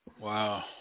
Wow